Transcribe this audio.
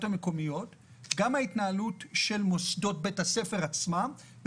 המקומיות וגם לגבי ההתנהלות של מוסדות בית הספר עצמם.